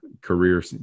career